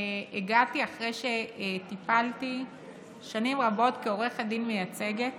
הגעתי אחרי שטיפלתי שנים רבות כעורכת דין מייצגת